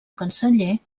canceller